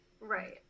Right